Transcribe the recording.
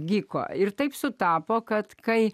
giko ir taip sutapo kad kai